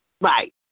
Right